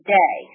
day